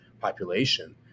population